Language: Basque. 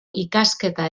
ikasketa